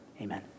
Amen